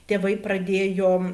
tėvai pradėjo